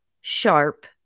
sharp